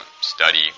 study